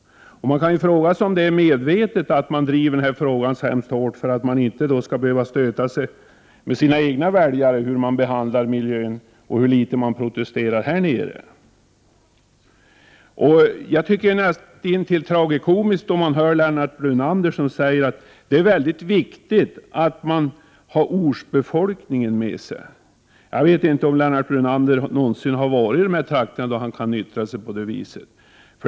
Jag undrar om det är en medveten linje att driva denna fråga så hårt. Gör man det för att vilseleda sina egna väljare med tanke på hur man här nere behandlar miljön och hur litet som här protesteras? Det är närmast tragikomiskt att höra Lennart Brunander säga att det är väldigt viktigt att ha ortsbefolkningens stöd. Jag vet inte om Lennart Brunander någonsin har varit i de trakter som vi diskuterar — så som han yttrar sig.